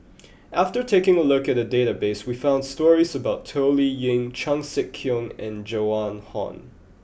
after taking a look at the database we found stories about Toh Liying Chan Sek Keong and Joan Hon